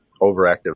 overactive